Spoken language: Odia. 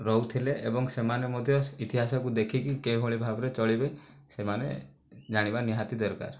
ରହୁଥିଲେ ଏବଂ ସେମାନେ ମଧ୍ୟ ଇତିହାସକୁ ଦେଖିକି କେଉଁଭଳି ଭାବରେ ଚଳିବେ ସେମାନେ ଜାଣିବା ନିହାତି ଦରକାର